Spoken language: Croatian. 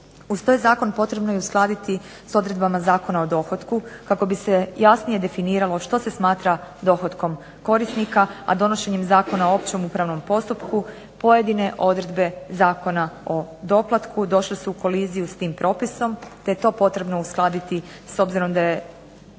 Uz to je zakon potrebno uskladiti s odredbama Zakona o dohotku kako bi se jasnije definiralo što se smatra dohotkom korisnika, a donošenjem Zakona o općem upravnom postupku pojedine odredbe Zakona o doplatku došle su u koliziju s tim propisom te je to potrebno uskladiti s obzirom da je